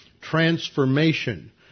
transformation